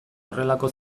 horrelako